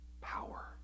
Power